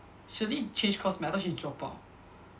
Shirley change course meh I thought she drop out